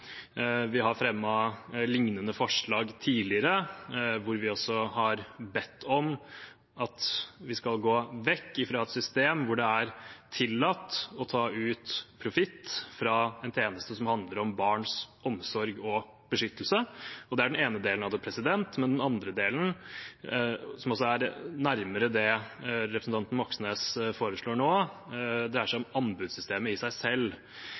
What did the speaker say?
Vi har fremmet lignende forslag tidligere hvor vi også har bedt om at vi skal gå vekk fra et system hvor det er tillatt å ta ut profitt fra en tjeneste som handler om barns omsorg og beskyttelse. Det er den ene delen av det. Den andre delen, som også er nærmere det representanten Moxnes foreslår nå, dreier seg om anbudssystemet i seg selv,